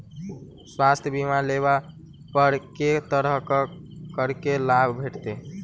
स्वास्थ्य बीमा लेबा पर केँ तरहक करके लाभ भेटत?